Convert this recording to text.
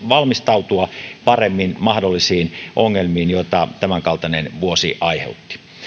valmistautua paremmin mahdollisiin ongelmiin joita tämänkaltainen vuosi aiheutti